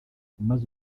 maze